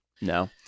No